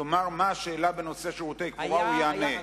תאמר מה השאלה בנושא שירותי קבורה והוא יענה.